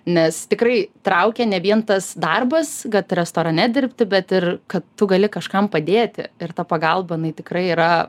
nes tikrai traukia ne vien tas darbas kad restorane dirbti bet ir kad tu gali kažkam padėti ir ta pagalba jinai tikrai yra